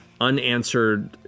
unanswered